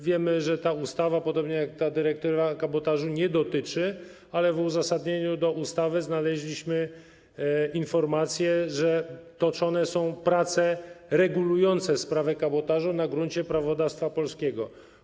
Wiemy, że ta ustawa, podobnie jak ta dyrektywa, kabotażu nie dotyczy, ale w uzasadnieniu do ustawy znaleźliśmy informację, że toczone są prace regulujące sprawę kabotażu na gruncie prawodawstwa polskiego.